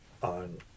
on